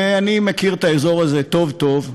אני מכיר את האזור הזה היטב.